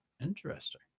Interesting